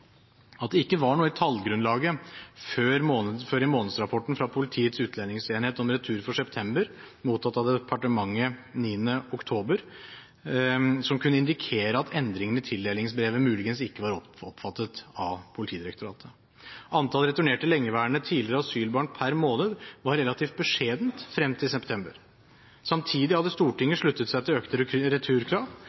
at det ikke var noe i tallgrunnlaget før i månedsrapporten fra Politiets utlendingsenhet om retur for september, mottatt av departementet 9. oktober, som kunne indikere at endringen i tildelingsbrevet muligens ikke var oppfattet av Politidirektoratet. Antallet returnerte lengeværende tidligere asylbarn per måned var relativt beskjedent frem til september. Samtidig hadde Stortinget sluttet seg til økte returkrav,